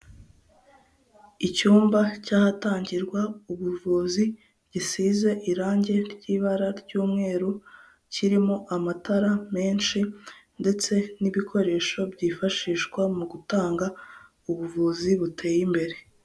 Icyumba cy'ahatangirwa ubuvuzi gisize irangi ry'ibara ry'umweru kirimo amatara menshi ndetse n'ibikoresho byifashishwa mu gutanga ubuvuzi buteye imbere.